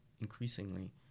increasingly